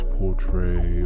portray